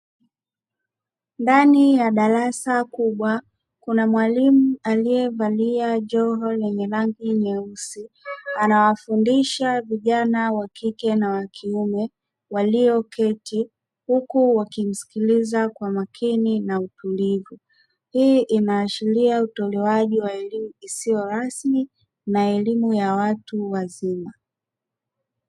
Ndani ya darasa kubwa kuna mwalimu aliyevalia joho lenye rangi nyeusi, anawafundisha vijana wa kike na wa kiume walioketi huku wakimsikiliza kwa makini na utulivu. Hii inaashiria utolewaji wa elimu isiyorasmi na elimu ya watu wazima.